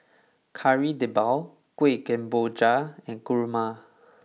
Kari Debal Kuih Kemboja and Kurma